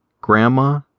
Grandma